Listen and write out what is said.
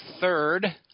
third